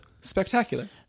Spectacular